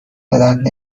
بدرد